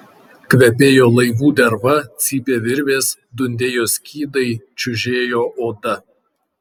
kvepėjo laivų derva cypė virvės dundėjo skydai čiužėjo oda